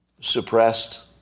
suppressed